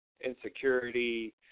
insecurity